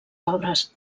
obres